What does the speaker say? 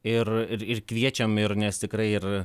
ir ir kviečiam ir nes tikrai ir